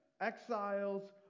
exiles